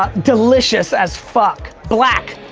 ah delicious as fuck, black.